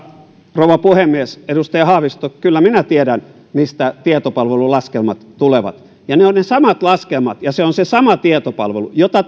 rouva puhemies edustaja haavisto kyllä minä tiedän mistä tietopalvelun laskelmat tulevat ja ne ovat ne samat laskelmat ja se on se sama tietopalvelu jota